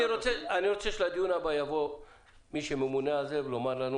אני רוצה שלדיון הבא יבוא מי שממונה על זה ויאמר לנו